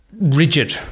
rigid